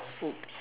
!oops!